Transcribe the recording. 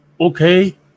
Okay